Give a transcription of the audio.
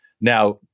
Now